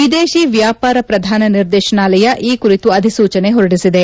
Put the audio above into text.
ವಿದೇಶೀ ವ್ಯಾಪಾರ ಪ್ರಧಾನ ನಿರ್ದೇಶನಾಲಯ ಈ ಕುರಿತು ಅಧಿಸೂಚನೆ ಹೊರಡಿಸಿದೆ